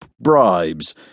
bribes